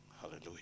Hallelujah